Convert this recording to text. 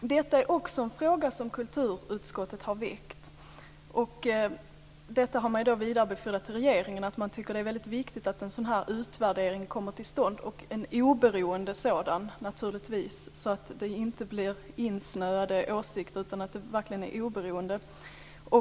Det är också en fråga som kulturutskottet har väckt. Utskottet har vidarebefordrat till regeringen att man tycker att det är väldigt viktigt att en utvärdering kommer till stånd, och då naturligtvis en oberoende sådan så att det inte blir insnöade åsikter.